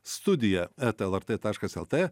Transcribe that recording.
studija eta lrt taškas lt